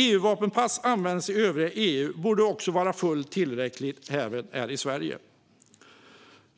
EU-vapenpass används i övriga EU och borde också vara fullt tillräckligt även i Sverige.